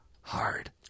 hard